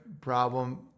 problem